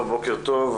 בוקר טוב,